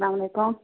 اَسلامُ علیکُم